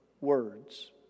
words